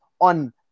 on